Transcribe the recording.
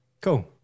Cool